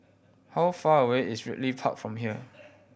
how far away is Ridley Park from here